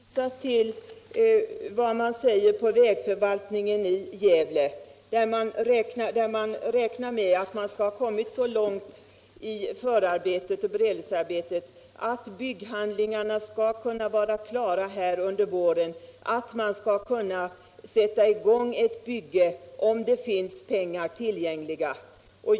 Herr talman! Jag vill bara hänvisa till vad man säger på vägförvaltningen i Gävle, där man räknar med att ha kommit så långt i förarbetet och beredningsarbetet att bygghandlingarna skall kunna vara klara till våren så att man kan sätta i gång ett bygge om pengar finns tillgängliga.